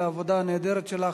על העבודה הנהדרת שלך.